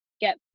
get